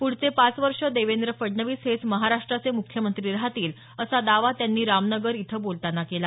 पुढचे पाच वर्ष देवेंद्र फडणवीस हेच महाराष्ट्राचे मुख्यमंत्री राहतील असा दावा त्यांनी रामनगर इथं बोलताना केला